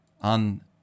on